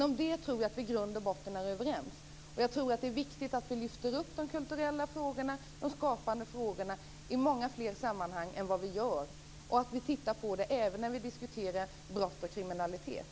Om det tror jag att vi i grund och botten är överens. Och jag tror att det är viktigt att vi lyfter upp de kulturella frågorna och frågorna om skapande i många fler sammanhang än vad vi gör i dag. Det är viktigt att vi tittar på det här även när vi diskuterar brott och kriminalitet.